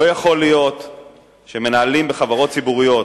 לא יכול להיות שמנהלים בחברות ציבוריות